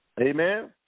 Amen